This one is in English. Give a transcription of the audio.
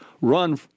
run